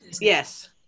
Yes